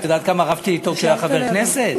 את יודעת כמה רבתי אתו כשהיה חבר כנסת?